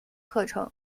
课程